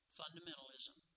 fundamentalism